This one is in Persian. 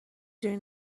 دونی